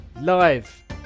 Live